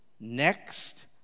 next